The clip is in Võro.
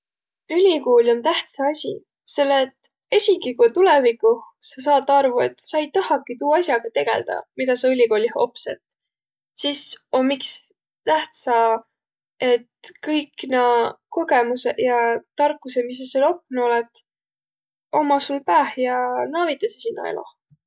Ülikuul om tähtsä asi. Selle et esiki, ku tulõviguh sa saat arvo, et sa ei tahaki tuu as'aga tegeldäq, midä sa ülikoolih opsõt, sis om iks tähtsä, et kõik naaq kogõmusõq ja tarkusõq, mis sa sääl opnuq olõt, ommaq sul pääh ja naaq avitasõq sinno eloh.